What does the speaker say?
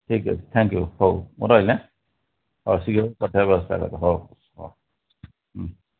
ଠିକ୍ ଅଛି thank you ହଉ ମୁଁ ରହିଲି ହଁ ହଉ ଶୀଘ୍ର ପଠାଇବା ବ୍ୟବସ୍ତା କର ହଉ ହଁ ହଁ ହଁ